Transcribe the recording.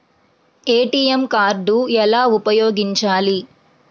ATM card ఎలా ఉపయోగించాలి?